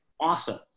awesome